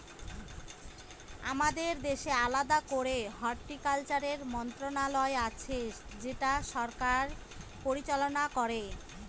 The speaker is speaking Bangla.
আমাদের দেশে আলাদা করে হর্টিকালচারের মন্ত্রণালয় আছে যেটা সরকার পরিচালনা করে